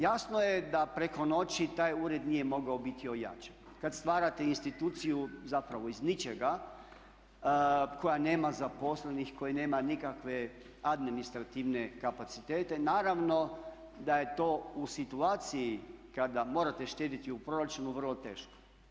Jasno je da preko noći taj ured nije mogao biti ojačan kada stvarate instituciju zapravo iz ničega koja nema zaposlenih, koja nema nikakve administrativne kapacitete, naravno da je to u situaciji kada morate štedjeti u proračunu vrlo teško.